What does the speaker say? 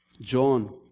John